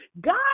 God